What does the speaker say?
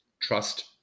Trust